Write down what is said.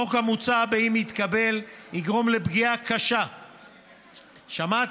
החוק המוצע, אם יתקבל, יגרום לפגיעה קשה, שמעת?